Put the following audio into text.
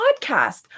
podcast